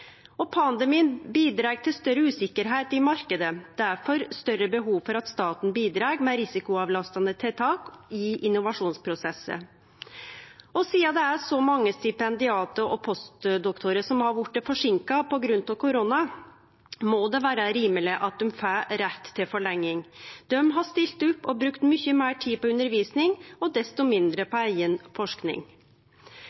Pandemien bidreg til større usikkerheit i marknaden. Det er difor større behov for at staten bidreg med risikoavlastande tiltak i innovasjonsprosessar. Sidan det er så mange stipendiatar og postdoktorar som har blitt forseinka på grunn av korona, må det vere rimeleg at dei får rett til forlenging. Dei har stilt opp og brukt mykje meir tid på undervisning og desto mindre på